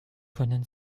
können